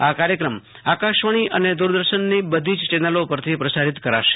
આ કાર્યક્રમ આકાશવાણી અને દ્રરદર્શનની બધી જ ચેનલો પરથી પ્રસારિત કરાશે